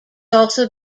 also